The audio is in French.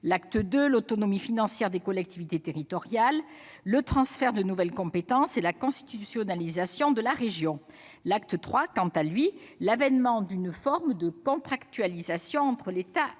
visait l'autonomie financière des collectivités territoriales, le transfert de nouvelles compétences et la constitutionnalisation de la région. L'acte III, quant à lui, a consacré l'avènement d'une forme de contractualisation entre l'État et les